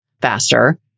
faster